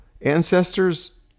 ancestors